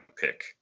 pick